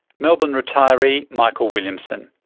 melbourne retiree michael williamson.